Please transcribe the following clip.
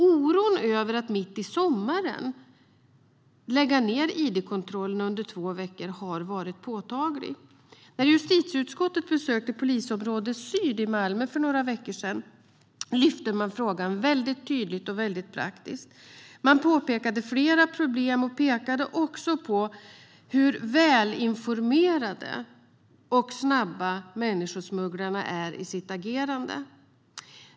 Oron över att mitt i sommaren lägga ned id-kontrollerna under två veckor har varit påtaglig. När justitieutskottet besökte Polisregion Syd i Malmö för några veckor sedan lyfte man fram frågan mycket tydligt och mycket praktiskt. Man påpekade flera problem och pekade också på hur välinformerade och snabba människosmugglarna är i sitt agerande.